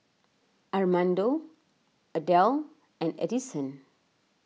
Armando Adell and Addison